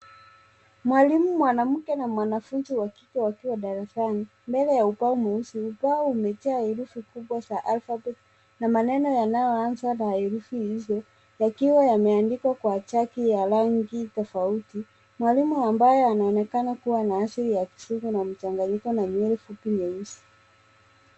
Mwalimu mwanamke na mwanafunzi wa kike wakiwa darasani mbele ya ubao mweusi. Ubao umejaa herufi kubwa za alphabet na maneno yanayoanza na herufi hizo, yakiwa yameandikwa kwa chaki ya rangi tofauti. Mwalimu ambaye anaonekana kuwa na asili ya kizungu na mchanganyiko na nywele fupi nyeusi.